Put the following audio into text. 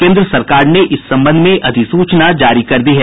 केन्द्र सरकार ने इस संबंध में अधिसूचना जारी कर दी है